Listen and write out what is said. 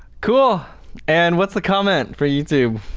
cool and what's the comment for youtube?